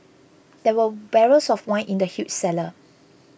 there were barrels of wine in the huge cellar